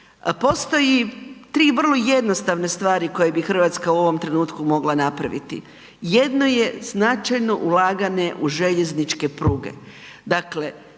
Postoji 3 vrlo jednostavne stvari koje bi Hrvatska u ovome trenutku mogla napraviti. Jedno je značajno ulaganje u željezničke pruge,